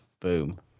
Boom